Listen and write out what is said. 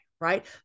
right